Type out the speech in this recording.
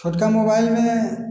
छोटका मोबाइलमे